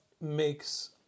makes